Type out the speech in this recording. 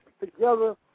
together